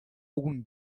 algum